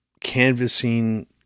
canvassing